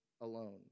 alone